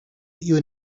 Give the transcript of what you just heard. you